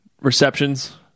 receptions